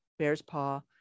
Bearspaw